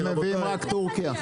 אתם מביאים רק מטורקיה.